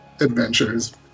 adventures